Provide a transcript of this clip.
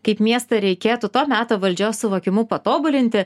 kaip miestą reikėtų to meto valdžios suvokimu patobulinti